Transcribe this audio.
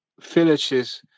villages